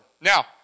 Now